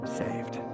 saved